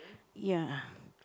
ya